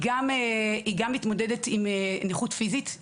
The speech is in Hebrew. היא גם מתמודדת עם נכות פיזית.